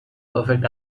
perfect